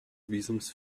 visums